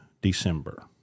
December